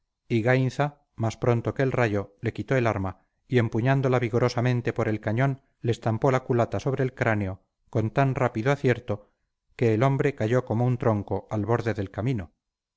y gainza más pronto que el rayo le quitó el arma y empuñándola vigorosamente por el cañón le estampó la culata sobre el cráneo con tan rápido acierto que el hombre cayó como tronco al borde del camino